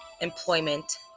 employment